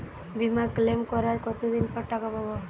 বিমা ক্লেম করার কতদিন পর টাকা পাব?